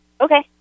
Okay